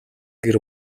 гэр